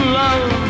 love